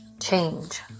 change